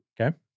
Okay